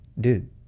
dude